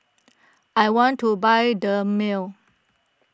I want to buy Dermale